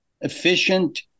efficient